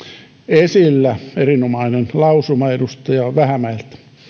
esillä erinomainen lausuma edustaja vähämäeltä